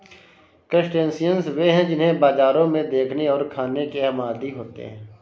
crustaceans वे हैं जिन्हें बाजारों में देखने और खाने के हम आदी होते हैं